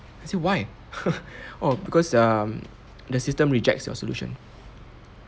I say why oh because um the system rejects your solution